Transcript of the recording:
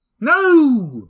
No